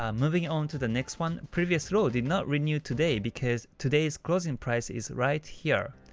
um moving on to the next one, previous low did not renew today because today's closing price is right here.